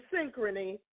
synchrony